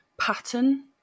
pattern